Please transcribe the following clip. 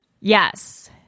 Yes